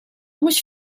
mhux